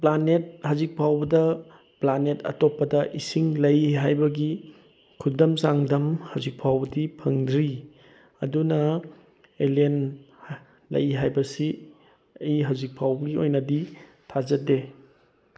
planet ꯍꯧꯖꯤꯛ ꯐꯥꯎꯕꯗ planet ꯑꯇꯣꯞꯄꯗ ꯏꯁꯤꯡ ꯂꯩ ꯍꯥꯏꯕꯒꯤ ꯈꯨꯗꯝ ꯆꯥꯡꯗꯝ ꯍꯧꯖꯤꯛ ꯐꯥꯎꯕꯗꯤ ꯐꯪꯗ꯭ꯔꯤ ꯑꯗꯨꯅ ꯑꯦꯂꯦꯟ ꯂꯩ ꯍꯥꯏꯕꯁꯤ ꯑꯩ ꯍꯧꯖꯤꯛ ꯐꯥꯎꯕꯒꯤ ꯑꯣꯏꯅꯗꯤ ꯊꯥꯖꯗꯦ